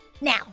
Now